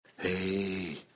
Hey